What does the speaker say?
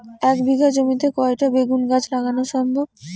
এক বিঘা জমিতে কয়টা বেগুন গাছ লাগানো সম্ভব?